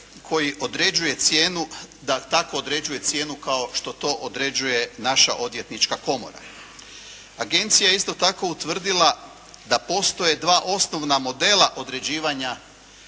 koji određuje cijenu da tako određuje cijenu kao što to određuje naša Odvjetnička komora. Agencija je isto tako utvrdila da postoje dva osnovna modela određivanja